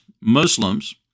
Muslims